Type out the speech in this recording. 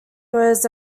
was